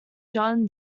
john